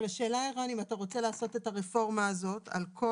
אבל השאלה ערן אם אתה רוצה לעשות את הרפורמה הזאת על כל